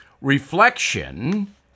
reflection